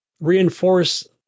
reinforce